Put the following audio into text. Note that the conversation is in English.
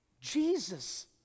Jesus